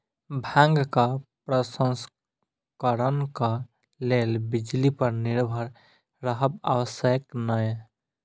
भांगक प्रसंस्करणक लेल बिजली पर निर्भर रहब आवश्यक नै